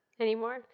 anymore